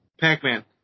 Pac-Man